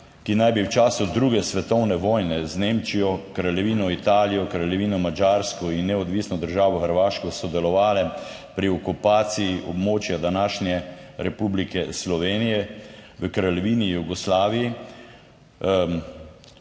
ki naj bi v času druge svetovne vojne z Nemčijo, Kraljevino Italijo, Kraljevino Madžarsko in Neodvisno državo Hrvaško sodelovale pri okupaciji območja današnje Republike Slovenije v Kraljevini Jugoslaviji,